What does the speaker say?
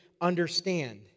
understand